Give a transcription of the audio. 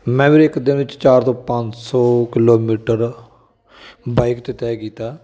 ਮੈਂ ਵੀਰੇ ਇੱਕ ਦਿਨ ਵਿੱਚ ਚਾਰ ਤੋਂ ਪੰਜ ਸੌ ਕਿਲੋਮੀਟਰ ਬਾਈਕ 'ਤੇ ਤੈਅ ਕੀਤਾ